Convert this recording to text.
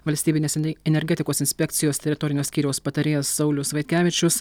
valstybinės enei energetikos inspekcijos teritorinio skyriaus patarėjas saulius vaitkevičius